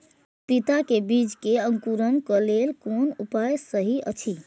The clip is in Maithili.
पपीता के बीज के अंकुरन क लेल कोन उपाय सहि अछि?